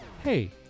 Hey